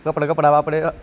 કપડા કપડા આપણે